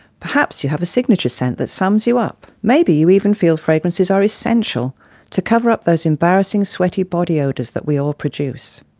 perhaps you have a signature scent that sums you up? maybe you even feel fragrances are essential to cover up those embarrassing sweaty body odours that we all produce?